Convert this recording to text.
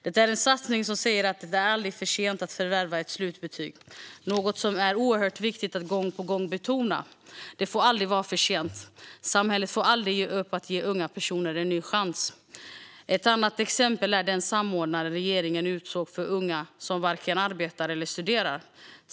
Det är en satsning som säger att det aldrig är för sent att förvärva ett slutbetyg, något som är oerhört viktigt att gång på gång betona. Det får aldrig vara för sent. Samhället får aldrig ge upp att ge unga personer en ny chans. Ett annat exempel är den samordnare regeringen utsåg för de unga som varken arbetar eller studerar.